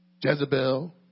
Jezebel